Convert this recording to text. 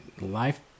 life